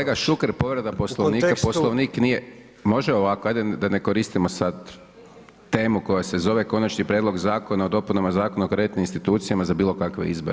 Kolega Šuker povreda Poslovnika, Poslovnik nije, može ovako, ajde da ne koristimo sad temu koja se zove Konačni prijedlog Zakona o dopunama Zakona o kreditnim institucijama za bilo kakve izbore.